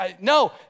no